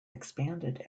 expanded